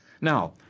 Now